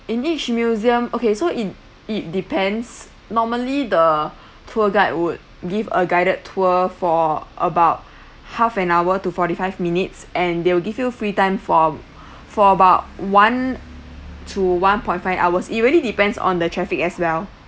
in each museum okay so it it depends normally the tour guide would give a guided tour for about half an hour to forty five minutes and they will give you free time for for about one to one point five hours it really depends on the traffic as well